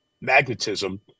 magnetism